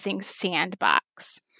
Sandbox